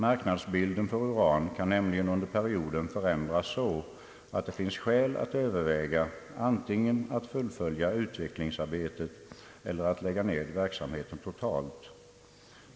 Marknadsbilden för uran kan nämligen under perioden förändras så att det finns skäl att överväga antingen att fullfölja utvecklingsarbetet eller att lägga ned verksamheten totalt.